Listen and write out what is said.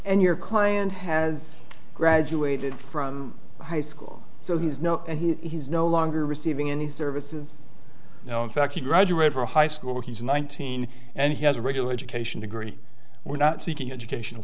and your client has graduated from high school so he's not and he's no longer receiving any services now in fact he graduated from high school he's nineteen and he has a regular education degree we're not seeking educational